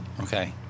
Okay